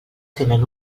tenen